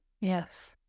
Yes